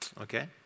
okay